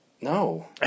No